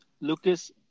Lucas